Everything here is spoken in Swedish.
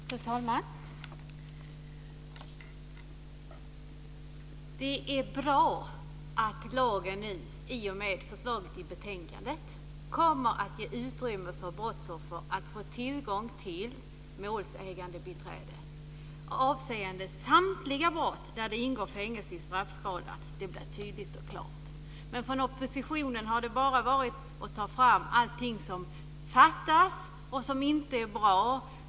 Fru talman! Det är bra att lagen nu i och med förslaget i betänkandet kommer att ge utrymme för brottsoffer att få tillgång till målsägandebiträde avseende samtliga brott där det ingår fängelse i straffskalan. Det blir tydligt och klart. Men från oppositionen har man bara tagit fram allting som fattas och som inte är bra.